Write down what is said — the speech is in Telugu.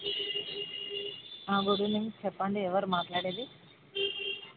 ఆ గుడ్ ఈవెనింగ్ చెప్పండి ఎవరు మాట్లాడేది